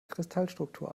kristallstruktur